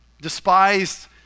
despised